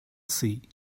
see